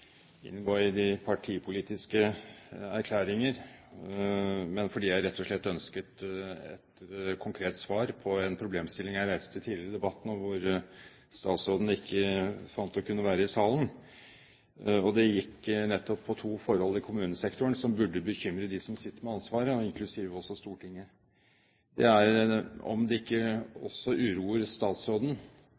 inngå i de partipolitiske erklæringer, men fordi jeg rett og slett ønsket et konkret svar på en problemstilling jeg reiste tidligere i debatten, da statsråden ikke fant å kunne være i salen. Det gikk på to forhold i kommunesektoren som burde bekymre dem som sitter med ansvaret, inklusiv Stortinget. Det ene er: Uroer det ikke også statsråden